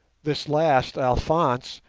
this last alphonse,